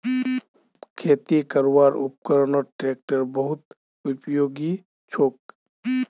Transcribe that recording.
खेती करवार उपकरनत ट्रेक्टर बहुत उपयोगी छोक